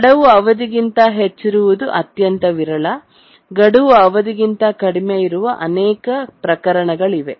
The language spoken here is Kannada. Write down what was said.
ಗಡುವು ಅವಧಿಗಿಂತ ಹೆಚ್ಚಿರುವುದು ಅತ್ಯಂತ ವಿರಳ ಗಡುವು ಅವಧಿಕ್ಕಿಂತ ಕಡಿಮೆ ಇರುವ ಅನೇಕ ಪ್ರಕರಣಗಳಿವೆ